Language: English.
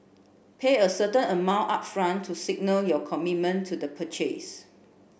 pay a certain amount upfront to signal your commitment to the purchase